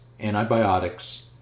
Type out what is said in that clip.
antibiotics